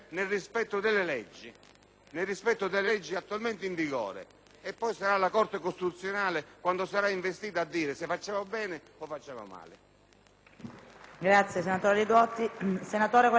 nel rispetto delle leggi attualmente in vigore e poi sarà la Corte costituzionale, quando sarà investita, a dire se facciamo bene o male.